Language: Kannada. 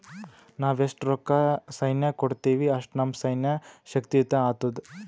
ನಾವ್ ಎಸ್ಟ್ ರೊಕ್ಕಾ ಸೈನ್ಯಕ್ಕ ಕೊಡ್ತೀವಿ, ಅಷ್ಟ ನಮ್ ಸೈನ್ಯ ಶಕ್ತಿಯುತ ಆತ್ತುದ್